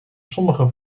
sommige